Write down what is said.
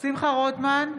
שמחה רוטמן,